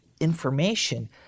information